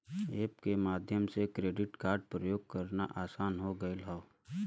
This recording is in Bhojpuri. एप के माध्यम से क्रेडिट कार्ड प्रयोग करना आसान हो गयल हौ